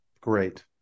great